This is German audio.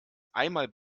einmal